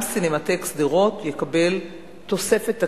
גם סינמטק שדרות יקבל תוספת תקציבית,